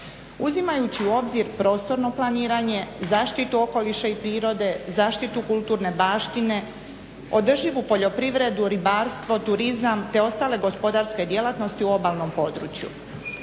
Uzimajući u obzir prostorno planiranje, zaštitu okoliša i prirode, zaštitu kulturne baštine, održivu poljoprivredu, ribarstvo, turizam te ostale gospodarske djelatnosti u obalnom području.